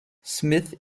smith